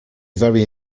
very